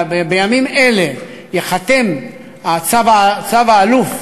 בימים אלה ייחתם צו האלוף